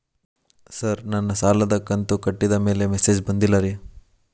sir ನನ್ನ ಸಾಲದ ಕಂತು ಕಟ್ಟಿದಮೇಲೆ ಮೆಸೇಜ್ ಬಂದಿಲ್ಲ ರೇ